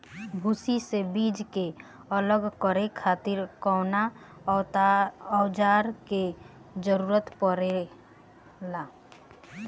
भूसी से बीज के अलग करे खातिर कउना औजार क जरूरत पड़ेला?